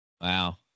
Wow